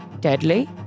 deadly